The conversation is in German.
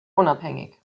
unabhängig